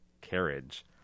carriage